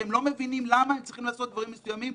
שהם לא מבינים למה הם צריכים לעשות דברים מסוימים.